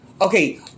okay